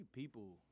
people